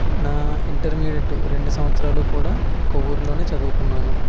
నా ఇంటర్మీడియట్ రెండు సంవత్సరాలు కూడా కొవ్వూరులోనే చదువుకున్నాను